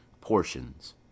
portions